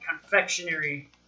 confectionery